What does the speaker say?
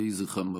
יהי זכרם ברוך.